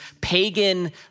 pagan